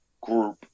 group